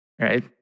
Right